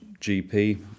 GP